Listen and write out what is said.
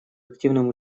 активным